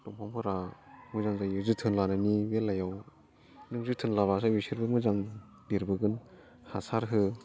दंफांफोरा मोजां जायो जोथोन लानायनि बेलायाव नों जोथोन लाबासो बिसोरबो मोजां देरबोगोन हासार हो